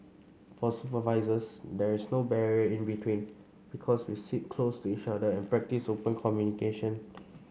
for supervisors there is no barrier in between because we sit close to each other and practice open communication